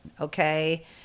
okay